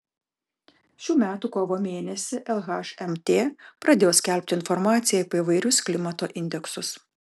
šių metų kovo mėnesį lhmt pradėjo skelbti informaciją apie įvairius klimato indeksus